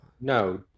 No